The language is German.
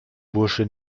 bursche